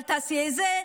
אל תעשי את זה.